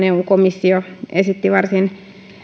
eu komissio esitti varsin